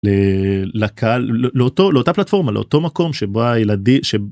לקהל לאותו לאותה פלטפורמה לאותו מקום שבו הילדים.